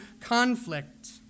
conflict